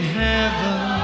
heaven